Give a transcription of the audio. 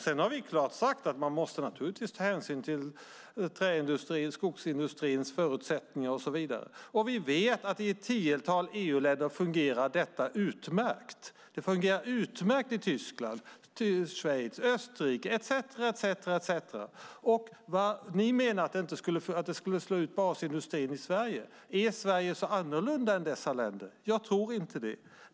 Sedan har vi klart sagt att man naturligtvis måste ta hänsyn till träindustrins, skogsindustrins förutsättningar och så vidare. Och vi vet att i ett tiotal EU-länder fungerar detta utmärkt. Det fungerar utmärkt i Tyskland, Schweiz, Österrike med flera. Ni menar att det skulle slå ut basindustrin i Sverige. Är Sverige så annorlunda än dessa länder? Jag tror inte det.